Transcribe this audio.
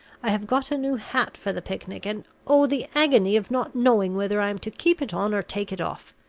i have got a new hat for the picnic and oh, the agony of not knowing whether i am to keep it on or take it off.